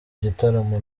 gitaramo